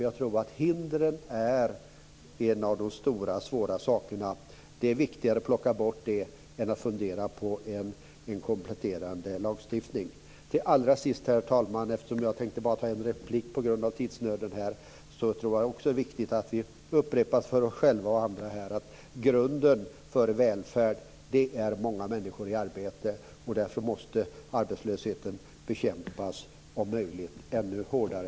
Jag tror att hindren är en av de stora svåra sakerna. Det är viktigare att plocka bort dem än att fundera på en kompletterande lagstiftning. Allra sist, herr talman, eftersom jag bara tänkte ta en replik på grund av tidsnöden: Jag tror att det också är viktigt att vi upprepar för oss själva och andra här att grunden för välfärd är många människor i arbete. Därför måste arbetslösheten bekämpas om möjligt ännu hårdare.